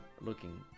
looking